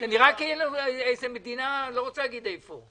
זה נראה כאילו איזו מדינה אני לא רוצה להגיד איפה.